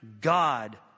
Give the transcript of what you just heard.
God